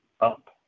up